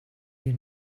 you